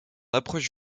approche